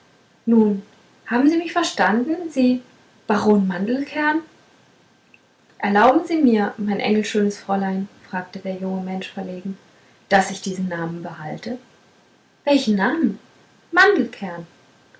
nun haben sie mich verstanden sie baron mandelkern erlauben sie mir mein engelschönes fräulein fragte der junge mensch verlegen daß ich diesen namen behalte welchen namen mandelkern